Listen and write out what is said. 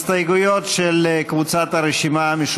הסתייגויות של חברי הכנסת דב חנין,